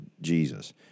Jesus